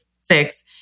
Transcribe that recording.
six